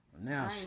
Now